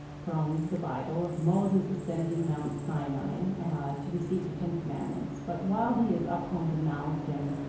from the bible, of moses ascending mount sinai to receive the ten commandments. but while he is up on the mountain,